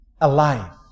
alive